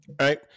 right